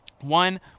one